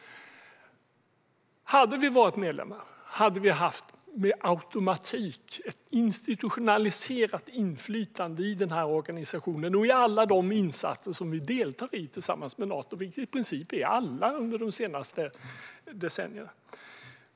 Hade vi varit medlemmar skulle vi med automatik haft ett institutionaliserat inflytande i den här organisationen och i alla de insatser som vi deltar i tillsammans med Nato, vilket i princip är alla under de senaste decennierna.